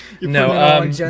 no